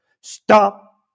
Stop